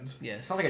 yes